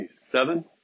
seven